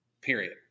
Period